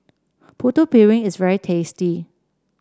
Putu Piring is very tasty